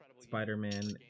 Spider-Man